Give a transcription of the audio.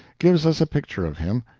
gives us a picture of him.